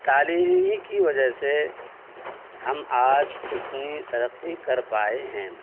تعلیم ہی کی وجہ سے ہم آج اتنی ترقی کر پائے ہیں